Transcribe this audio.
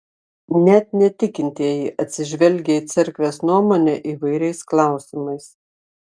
net netikintieji atsižvelgia į cerkvės nuomonę įvairiais klausimais